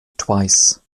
twice